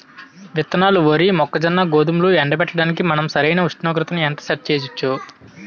విత్తనాలు వరి, మొక్కజొన్న, గోధుమలు ఎండబెట్టడానికి మనం సరైన ఉష్ణోగ్రతను ఎంత సెట్ చేయవచ్చు?